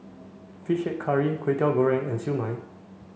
fish head curry Kway Teow Goreng and Siew Mai